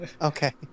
okay